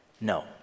No